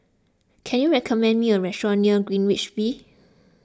can you recommend me a restaurant near Greenwich V